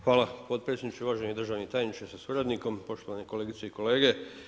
Hvala potpredsjedniče, uvaženi državni tajniče sa suradnikom, poštovani kolegice i kolege.